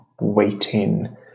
waiting